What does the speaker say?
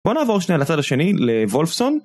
בואו נעבור שנייה לצד השני, לוולפסון